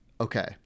okay